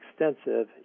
extensive